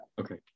Okay